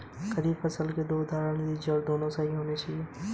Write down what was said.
गेहूँ में कीटनाशक दवाई डालते हुऐ दवाईयों का माप कैसे लिया जाता है?